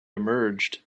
emerged